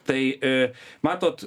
tai matot